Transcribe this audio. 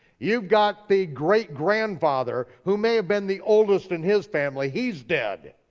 you've got the great grandfather, who may have been the oldest in his family, he's dead.